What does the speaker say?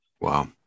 wow